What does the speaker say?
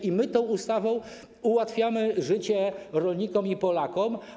I my tą ustawą ułatwiamy życie rolnikom i Polakom.